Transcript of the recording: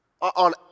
on